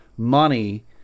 Money